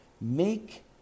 Make